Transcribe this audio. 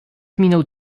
minął